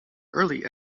early